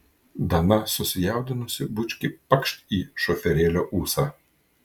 dana susijaudinusi bučkį pakšt į šoferėlio ūsą